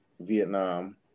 Vietnam